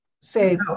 say